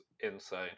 insane